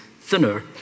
thinner